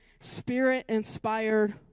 Spirit-inspired